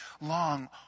long